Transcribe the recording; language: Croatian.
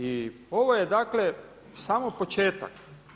I ovo je dakle samo početak.